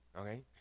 okay